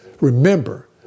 Remember